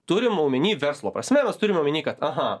turim omeny verslo prasme mes turime omeny kad aha